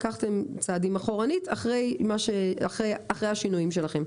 לקחתם צעדים אחורנית אחרי השינויים שלכם.